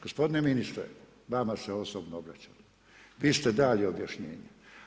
Gospodine ministre, vama se osobno obraćam, vi ste dali objašnjenje.